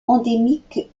endémique